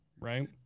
right